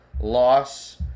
loss